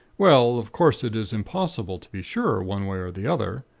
well, of course it is impossible to be sure, one way or the other.